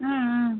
ம் ம்